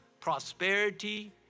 prosperity